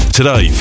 today